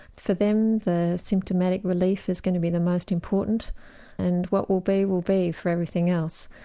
for them the symptomatic relief is going to be the most important and what will be will be for everything else.